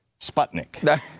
Sputnik